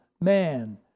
Man